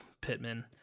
Pittman